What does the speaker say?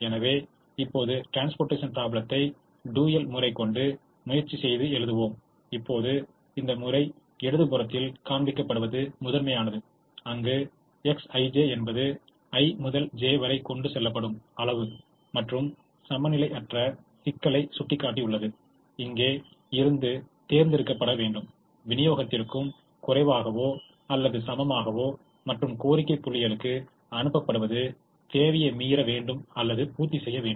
எனவே இப்போது ட்ரான்ஸ்போர்ட்டேஷன் ப்ரோப்லேத்தை டூயல் முறையை கொண்டு முயற்சி செய்து எழுதுவோம் இப்போது இந்த முறை இடதுபுறத்தில் காண்பிக்கப்படுவது முதன்மையானது அங்கு Xij என்பது i முதல் j வரை கொண்டு செல்லப்படும் அளவு மற்றும் சமநிலையற்ற சிக்கலைக் காட்டியுள்ளோம் எங்கே இருந்து தேர்ந்து எடுக்கப்பட வேண்டும் விநியோகத்திற்கும் குறைவாகவோ அல்லது சமமாகவோ மற்றும் கோரிக்கை புள்ளிகளுக்கு அனுப்பப்படுவது தேவையை மீற வேண்டும் அல்லது பூர்த்தி செய்ய வேண்டும்